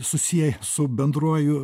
susieja su bendruoju